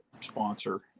sponsor